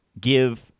give –